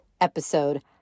episode